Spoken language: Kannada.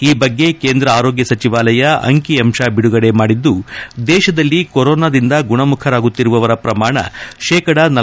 ಈ ಬಗ್ಗೆ ಕೇಂದ್ರ ಆರೋಗ್ಯ ಸಚಿವಾಲಯ ಅಂಕಿ ಅಂಶ ಬಿಡುಗಡೆ ಮಾಡಿದ್ದು ದೇಶದಲ್ಲಿ ಕೊರೋನಾನಿಂದ ಗುಣಮುಖರಾಗುತ್ತಿರುವವರ ಪ್ರಮಾಣ ಶೇಕಡ ಳಲ